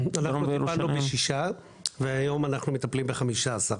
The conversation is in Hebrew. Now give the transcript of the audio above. אנחנו טיפלנו בשישה והיום אנחנו מטפלים ב-15,